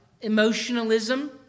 Emotionalism